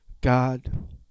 God